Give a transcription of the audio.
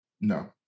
No